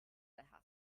hospital